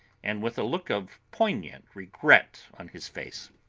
and with a look of poignant regret on his face.